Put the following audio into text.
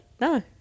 No